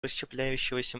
расщепляющегося